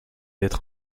être